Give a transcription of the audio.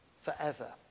forever